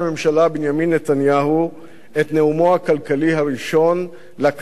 נתניהו את נאומו הכלכלי הראשון לקדנציה הנוכחית,